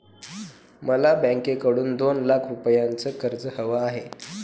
मला बँकेकडून दोन लाख रुपयांचं कर्ज हवं आहे